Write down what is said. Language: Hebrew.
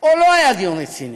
או לא היה דיון רציני,